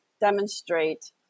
demonstrate